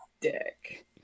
dick